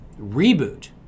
reboot